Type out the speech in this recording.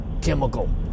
chemical